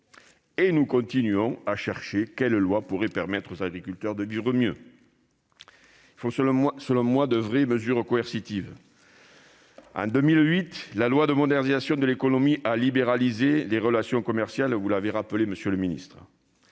nous continuons à chercher quelle loi pourrait permettre aux agriculteurs de vivre mieux ... Selon moi, il faut de véritables mesures coercitives. En 2008, la loi de modernisation de l'économie (LME) a libéralisé les relations commerciales- vous l'avez rappelé, monsieur le ministre.